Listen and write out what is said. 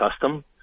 custom